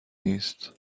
نیست